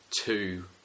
two